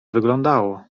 wyglądało